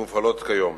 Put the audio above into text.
שמופעלות כיום.